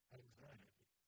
anxiety